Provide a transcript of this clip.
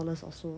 !huh! but